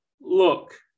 look